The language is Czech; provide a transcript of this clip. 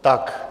Tak.